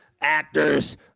actors